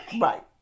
Right